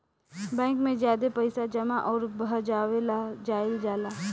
bank में ज्यादे पइसा जमा अउर भजावे ला जाईल जाला